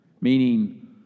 meaning